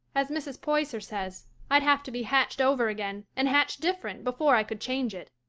as mrs. poyser says, i'd have to be hatched over again and hatched different before i could change it.